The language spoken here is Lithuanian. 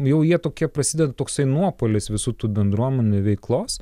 jau jie tokie prasideda toksai nuopuolis visų tų bendruomenių veiklos